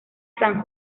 san